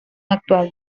actual